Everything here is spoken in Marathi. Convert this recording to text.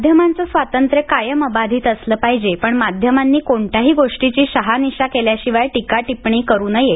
माध्यमांचं स्वातंत्र्य कायम अबाधित असलं पाहिजे पण माध्यमांनी कोणत्याही गोष्टीची शहानिशा केल्याशिवाय टीका टिपण्णी करू नये